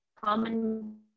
Common